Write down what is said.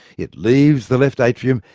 it leaves the left atrium,